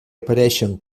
apareixen